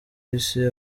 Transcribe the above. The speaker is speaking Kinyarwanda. isi